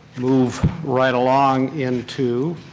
move right along into